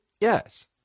Yes